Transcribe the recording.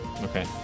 Okay